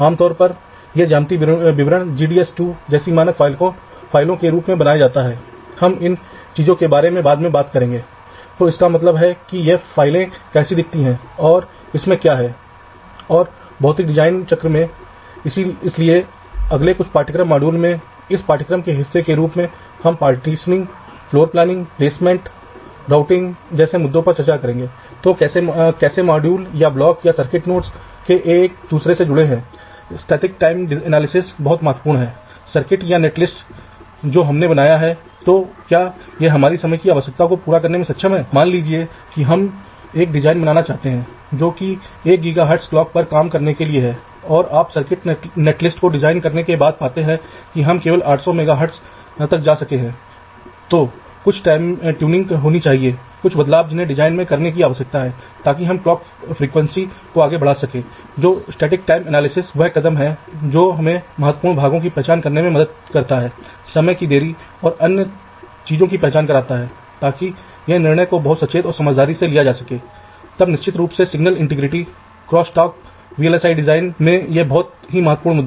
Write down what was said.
तो क्लॉक में आपको आवश्यकता होती है यदि आप केवल अपने दो चरणों को याद करते हैं तो पहले एक क्लॉक के पेड़ को डिजाइन किया गया था फिर क्लॉक के पेड़ को वास्तविक टर्मिनलों में वितरित किया गया था लेकिन पावर और ग्राउंड रूटिंग के लिए ये दो चरण निश्चित रूप से हैं पहला चरण समान है आप किसी प्रकार की टोपोलॉजी का निर्माण करने की कोशिश करते हैं जिसमे आपको उन सभी बिंदुओं से जोड़ना होगा जहां आपको बिजली लाइनों की आवश्यकता थी दूसरा उन ब्लॉकों के आधार पर जहां आप ड्राइव कर रहे हैं और उनकी करंट की आवश्यकताओं के आधार पर जो आप तारों के विभिन्न खंडों की उपयुक्त चौड़ाई निर्धारित करते हैं यह पावर आउटिंग के लिए बहुत महत्वपूर्ण है